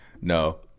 No